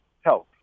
health